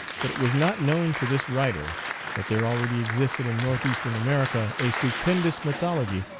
but it was not known to this writer that there already existed in northeast ern america a stupendous mythology,